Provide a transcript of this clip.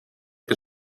que